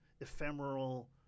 ephemeral